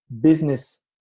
business